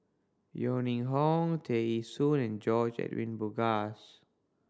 Yeo Ning Hong Tear Ee Soon and George Edwin Bogaars